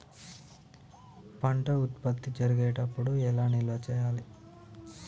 పంట ఉత్పత్తి జరిగేటప్పుడు ఎలా నిల్వ చేసుకోవాలి?